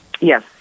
Yes